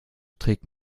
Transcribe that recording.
trägt